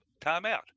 timeout